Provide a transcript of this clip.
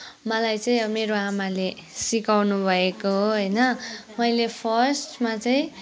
मलाई चाहिँ अब मेरो आमाले सिकाउनु भएको हो होइन मैले फर्स्टमा चाहिँ